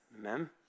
Amen